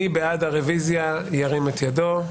מי בעד הרביזיה, ירים את ידו.